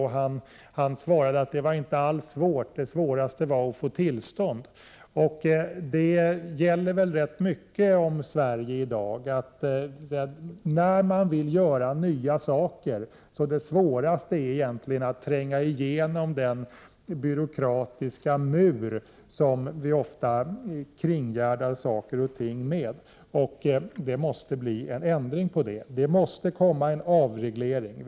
Han svarade att det inte alls var svårt — det svåraste hade varit att få tillstånd. Detta gäller väl om rätt mycket i Sverige i dag — att när man vill göra nya saker är egentligen det svåraste att få tillstånd, att tränga igenom den mur av bestämmelser ch reglementen som vi ofta kringgärdar saker och ting med. Det måste bli en ändring på det. Det måste komma en avreglering.